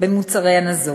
במוצרי המזון.